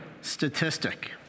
statistic